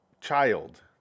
child